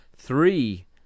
Three